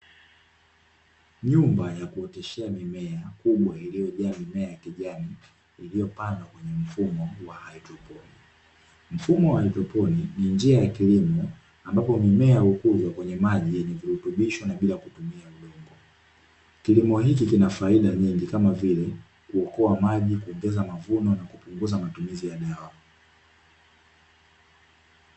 Nyumba ya kuoteshea mimea kubwa iliyojaa mimea ya kijani iliyopandwa kwenye mfumo wa haidroponi; mfumo wa haidroponi ni njia ya kilimo ambapo mimea hukuzwa kwenye maji yenye virutubisho na bila kutumia udongo kilimo hiki kina faida nyingi kama vile: kuokoa maji, kuongeza mavuno na kupunguza matumizi ya dawa.